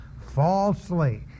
Falsely